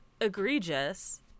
egregious